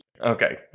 Okay